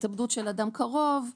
התאבדות של אדם קרוב,